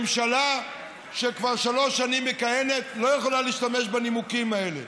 ממשלה שכבר שלוש שנים מכהנת לא יכולה להשתמש בנימוקים האלה.